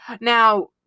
Now